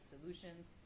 Solutions